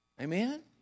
Amen